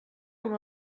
com